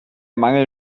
mangel